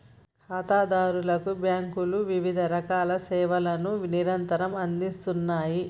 ఖాతాదారులకు బ్యాంకులు వివిధరకాల సేవలను నిరంతరం అందిస్తూ ఉన్నాయి